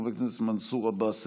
חבר הכנסת מנסור עבאס,